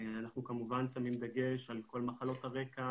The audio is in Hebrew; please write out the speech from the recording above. אנחנו כמובן שמים דגש על כל מחלות הרקע